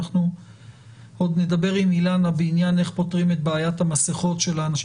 אנחנו עוד נדבר עם אילנה בעניין איך פותרים את בעיית המסכות של האנשים,